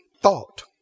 thought